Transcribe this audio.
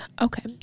Okay